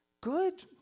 good